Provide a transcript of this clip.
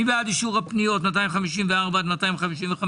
מי בעד אישור הפניות 254 עד 255?